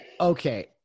Okay